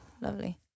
lovely